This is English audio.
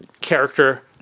character